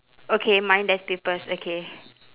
okay mine there's papers okay